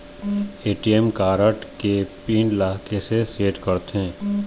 ATM card के PIN ला कैसे सेट करथे?